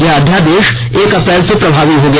यह अध्ययादेश एक अप्रैल से प्रभावी हो गया